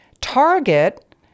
target